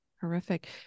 Horrific